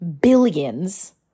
billions